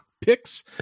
picks